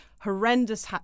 horrendous